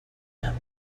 nearby